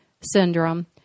syndrome